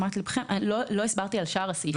לא הסברתי על שאר הסעיפים.